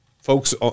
folks